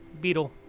Beetle